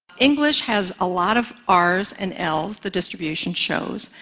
english has a lot of r's and l's, the distribution shows.